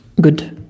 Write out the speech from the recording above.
Good